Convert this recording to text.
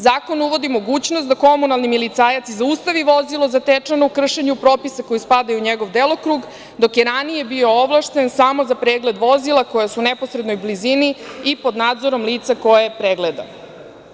Zakon uvodi mogućnost da komunalni milicajac zaustavi vozilo zatečeno u kršenju propisa koji spada u njegov delokrug, dok je ranije bio ovlašten samo za pregled vozila koja su u neposrednoj blizini i pod nadzorom lica koje pregleda.